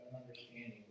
understanding